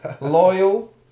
loyal